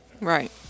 Right